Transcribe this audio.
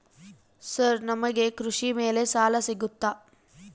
Sir ನಮಗೆ ಕೃಷಿ ಮೇಲೆ ಸಾಲ ಸಿಗುತ್ತಾ?